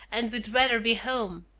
and we'd rather be home.